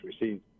received